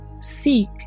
Seek